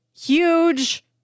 huge